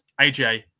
AJ